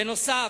בנוסף,